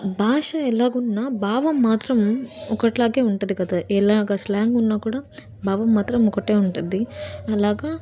భాష ఎలాగున్నా భావం మాత్రం ఒకట్లాగే ఉంటుంది కదా ఎలాగ స్లాంగ్ ఉన్నా కూడా భావం మాత్రం ఒకటే ఉంటుంది అలాగ